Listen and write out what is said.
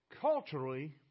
Culturally